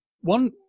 One